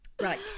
right